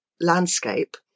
landscape